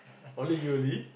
only you only